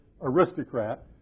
aristocrat